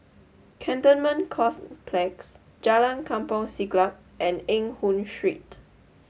Cantonment Complex Jalan Kampong Siglap and Eng Hoon Street